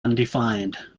undefined